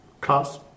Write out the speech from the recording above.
class